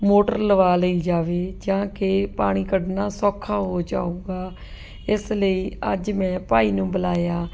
motor ਲਵਾ ਲਈ ਜਾਵੇ ਜਾਂ ਕਿ ਪਾਣੀ ਕੱਢਣਾ ਸੌਖਾ ਹੋ ਜਾਵੇਗਾ ਇਸ ਲਈ ਅੱਜ ਮੈਂ ਭਾਈ ਨੂੰ ਬੁਲਾਇਆ